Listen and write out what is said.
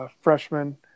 freshman